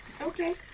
Okay